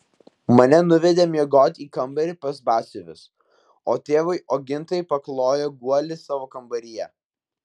mane nuvedė miegoti į kambarį pas batsiuvius o tėvui ogintai paklojo guolį savo kambaryje